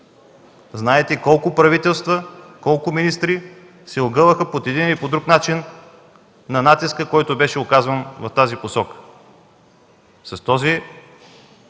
Знаете колко правителства, колко министри се огъваха по един или друг начин на натиска, който беше оказван в тази посока.